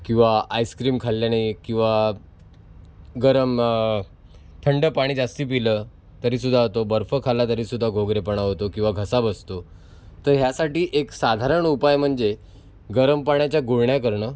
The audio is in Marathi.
किंवा आयस्क्रीम खाल्ल्याने किंवा गरम थंड पाणी जास्ती पिलं तरीसुद्धा तो बर्फ खाल्ला तरीसुद्धा घोगरेपणा होतो किंवा घसा बसतो तर ह्यासाठी एक साधारण उपाय म्हणजे गरम पाण्याच्या गुळण्या करणं